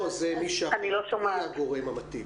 זאת מישהי אחרת, היא לא הגורם המתאים.